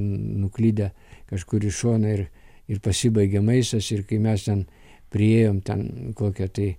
nuklydę kažkur į šoną ir ir pasibaigia maistas ir kai mes ten priėjom ten kokią tai